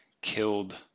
killed